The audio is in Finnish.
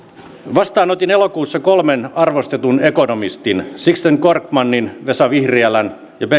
vastaanotin elokuussa kolmen arvostetun ekonomistin sixten korkmanin vesa vihriälän ja bengt